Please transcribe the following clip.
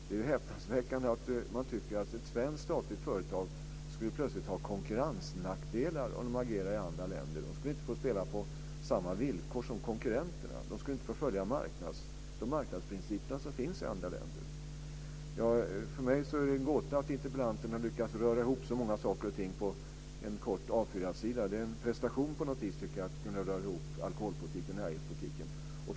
Det är häpnadsväckande att man tycker att ett svenskt statligt företag plötsligt skulle ha konkurrensnackdelar om det agerar i andra länder, att det inte skulle få spela på samma villkor som konkurrenterna och inte skulle få följa de marknadsprinciper som finns i andra länder. För mig är det en gåta att interpellanten har lyckats röra ihop så många saker och ting på en kort A 4 sida. Det är en prestation att kunna röra ihop alkoholpolitiken och näringspolitiken.